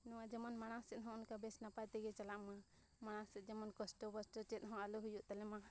ᱱᱚᱣᱟ ᱡᱮᱢᱚᱱ ᱢᱟᱲᱟᱝ ᱥᱮᱫᱦᱚᱸ ᱚᱱᱠᱟ ᱵᱮᱥ ᱱᱟᱯᱟᱭ ᱛᱮᱜᱮ ᱪᱟᱞᱟᱜᱼᱢᱟ ᱢᱟᱲᱟᱝ ᱥᱮᱫ ᱡᱮᱢᱚᱱ ᱠᱚᱥᱴᱚ ᱯᱚᱥᱴᱚ ᱪᱮᱫᱦᱚᱸ ᱟᱞᱚ ᱦᱩᱭᱩᱜ ᱛᱟᱞᱮᱢᱟ